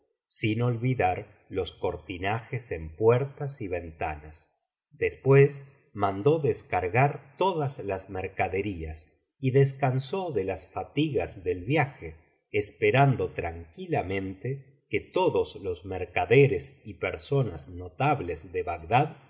sin olvidar los cortinajes en puertas y ventanas después mandó descargar todas las mercaderías y descansó de las fatigas del viaje esperando tranquilamente que todos los mercaderes y personas notables de bagdad